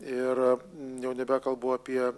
ir jau nebekalbu apie